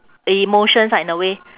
emotions ah in a way